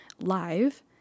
live